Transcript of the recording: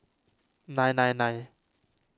nine nine nine